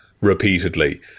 repeatedly